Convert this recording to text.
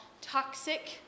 toxic